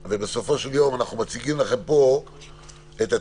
ובסופו של יום אנחנו מציגים לכם פה את התיקונים,